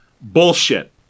Bullshit